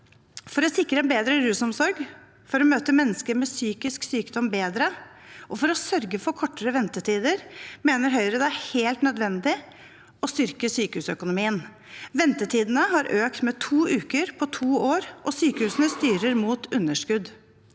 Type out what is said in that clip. For å sikre en bedre rusomsorg, for å møte mennesker med psykisk sykdom bedre og for å sørge for kortere ventetider mener Høyre det er helt nødvendig å styrke sykehusøkonomien. Ventetidene har økt med to uker på to år, og sykehusene styrer mot underskudd.